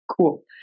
cool